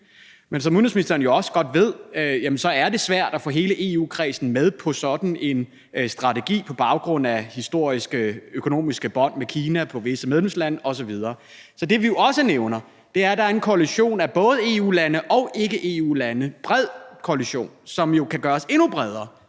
Men som udenrigsministeren også godt ved, er det jo svært at få hele EU-kredsen med i sådan en strategi på baggrund af historiske og økonomiske bånd til Kina for visse medlemslande osv. Så det, vi jo også nævner, er, at der er en koalition af både EU-lande og ikke-EU-landene – en bred koalition, som jo kan gøres endnu bredere,